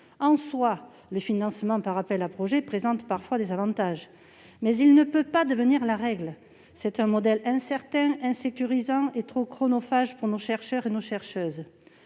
En soi, le financement par appel à projets présente parfois des avantages, mais il ne peut pas devenir la règle : c'est un modèle incertain, insécurisant et trop chronophage pour nos chercheurs. Pour